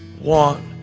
want